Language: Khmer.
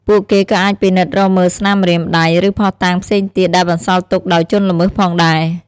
ពួកគេក៏អាចពិនិត្យរកមើលស្នាមម្រាមដៃ ឬភស្តុតាងផ្សេងទៀតដែលបន្សល់ទុកដោយជនល្មើសផងដែរ។